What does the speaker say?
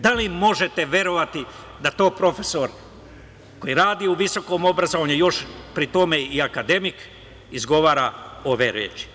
Da li možete verovati da to profesor koji radi u visokom obrazovanju, još pri tome i akademik izgovara ove reči.